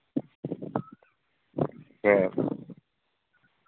ᱦᱮᱸ